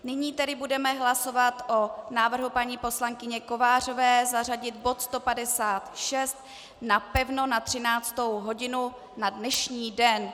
Nyní tedy budeme hlasovat o návrhu paní poslankyně Kovářové zařadit bod 156 napevno na 13. hodinu na dnešní den.